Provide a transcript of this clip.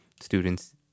students